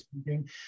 speaking